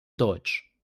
deutsch